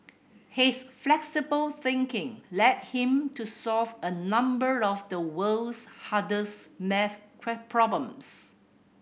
his flexible thinking led him to solve a number of the world's hardest maths problems